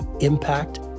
impact